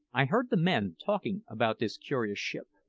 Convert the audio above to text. i heard the men talking about this curious ship.